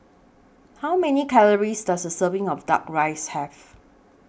How Many Calories Does A Serving of Duck Rice Have